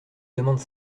demande